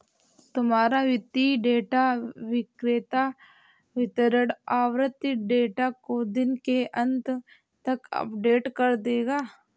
तुम्हारा वित्तीय डेटा विक्रेता वितरण आवृति डेटा को दिन के अंत तक अपडेट कर देगा